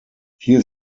hier